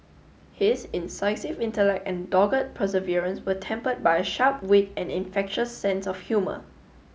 his incisive intellect and dogged perseverance were tempered by a sharp wit and infectious sense of humour